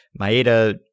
Maeda